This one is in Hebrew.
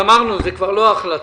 גמרנו, זה כבר לא ההחלטה.